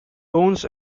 owns